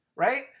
Right